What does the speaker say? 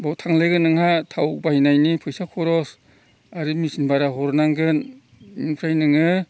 बाव थांलायगोन नोंहा थाव बायनायनि फैसा खरस आरो मेचिन भारा हरनांगोन इनिफ्राय नोङो